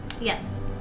Yes